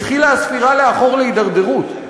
התחילה הספירה לאחור להתדרדרות,